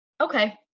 okay